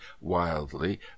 wildly